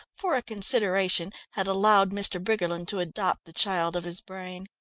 for a consideration, had allowed mr. briggerland to adopt the child of his brain.